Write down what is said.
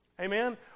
Amen